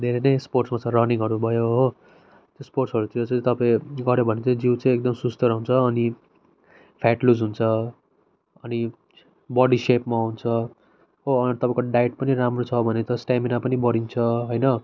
धेरै नै स्पोर्ट्सहरू छ रनिङहरू भयो हो त्यो स्पोर्ट्सहरूतिर चाहिँ तपाईँ गर्यो भने चाहिँ जिउ चाहिँ एकदम सुस्त रहन्छ अनि फेट लुज हुन्छ अनि बडी सेपमा आउँछ हो अनि तपाईँको डाइट पनि राम्रो छ भने त स्टामिना पनि बढिन्छ होइन